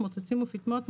מוצצים ופטמות,